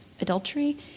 adultery